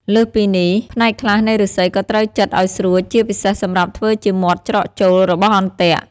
លើសពីនេះ ផ្នែកខ្លះនៃឫស្សីក៏ត្រូវចិតឲ្យស្រួចជាពិសេសសម្រាប់ធ្វើជាមាត់ច្រកចូលរបស់អន្ទាក់។